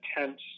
intense